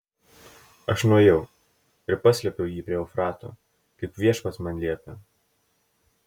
aš nuėjau ir paslėpiau jį prie eufrato kaip viešpats man liepė